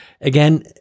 again